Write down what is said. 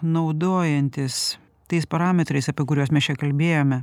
naudojantis tais parametrais apie kuriuos mes čia kalbėjome